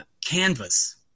canvas